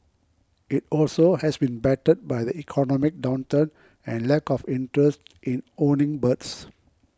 it also has been battered by the economic downturn and lack of interest in owning birds